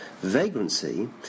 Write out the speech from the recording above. Vagrancy